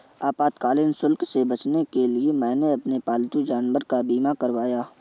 आपातकालीन शुल्क से बचने के लिए मैंने अपने पालतू जानवर का बीमा करवाया है